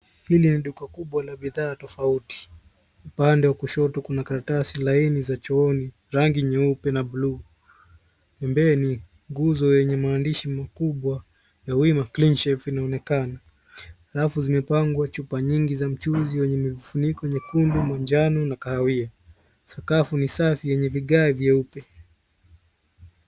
Hili ni duka kubwa la bidhaa tofauti, upande wa kushoto kuna karatasi laini za chooni rangi nyeupe na buluu; ambayo ni nguzo yenye maandishi makubwa A Win of Cleanshelf . Rafu zimepangwa chupa nyingi za mchuzi wenye vifuniko nyekundu, manjano na kahawia. Sakafu ni safi yenye vigae vyeupe.